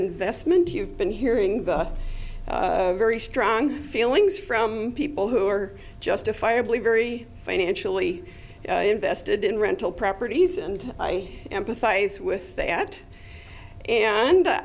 investment you've been hearing the very strong feelings from people who are justifiably very financially invested in rental properties and i empathize with the act and